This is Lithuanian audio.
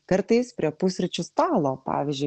kartais prie pusryčių stalo pavyzdžiui